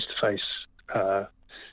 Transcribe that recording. face-to-face